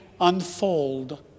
unfold